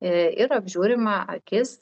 i ir apžiūrima akis